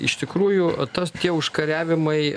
iš tikrųjų tas tie užkariavimai